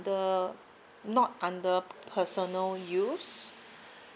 under not under personal use